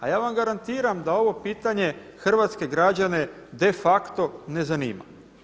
A ja vam garantiram da ovo pitanje hrvatske građane de facto ne zanima.